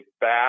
back